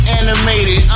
animated